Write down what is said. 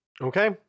Okay